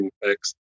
effects